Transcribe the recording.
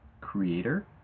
creator